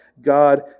God